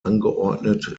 angeordnet